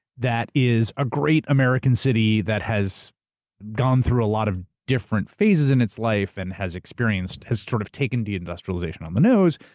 that is a great american city that has gone through a lot of different phases in its life, and has experienced, has sort of taken de-industrialization on the nose.